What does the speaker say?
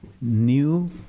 new